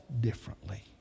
differently